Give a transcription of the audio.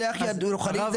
שליח רוחני,